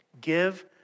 Give